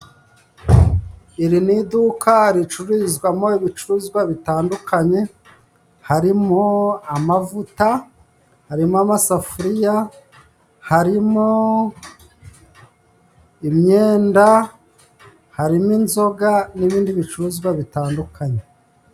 Iri ni iduka ricururizwamo ibicuruzwa bitandukanye: harimo amavuta, harimo amasafuriya, harimo imyenda, harimo inzoga n'ibindi bicuruzwa bitandukanye.